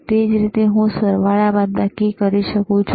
એ જ રીતે હું સરવાળા બાદબાકી બરાબર કરી શકું છું